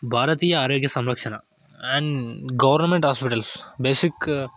భారతీయ ఆరోగ్య సంరక్షణ and government hospitals basic